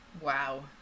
wow